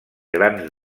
grans